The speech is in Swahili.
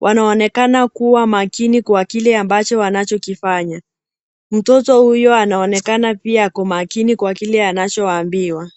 Wanaonekana kuwa makini kwa kile ambacho wnachokifanya. Mtoto huyo anaonekana pia ako makini kwa kile anachoambiwa.